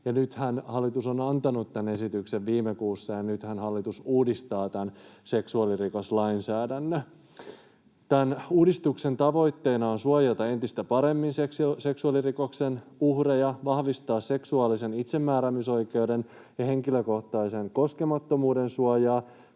nythän hallitus on antanut tämän esityksen viime kuussa, ja nythän hallitus uudistaa seksuaalirikoslainsäädännön. Tämän uudistuksen tavoitteena on suojata entistä paremmin seksuaalirikoksen uhreja, vahvistaa seksuaalisen itsemääräämisoikeuden ja henkilökohtaisen koskemattomuuden suojaa,